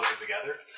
together